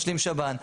משלים שב"ן,